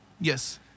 Yes